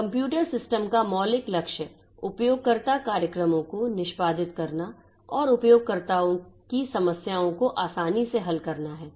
computer system का मौलिक लक्ष्य उपयोगकर्ता कार्यक्रमों को निष्पादित करना और उपयोगकर्ता की समस्याओं को आसानी से हल करना है